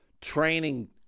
training